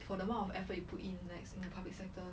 for the amount of effort you put in like in the public sector